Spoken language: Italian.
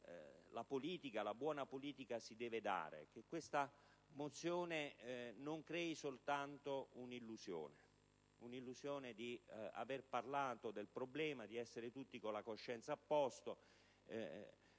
la buona politica si deve dare: che questa mozione non crei soltanto l'illusione di avere parlato del problema, di essere tutti con la coscienza a posto.